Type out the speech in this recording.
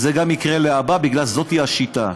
אז זה גם יקרה להבא, כי זאת השיטה.